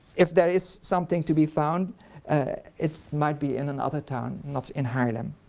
if there is something to be found it might be in another town, not in haarlem.